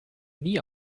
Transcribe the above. nie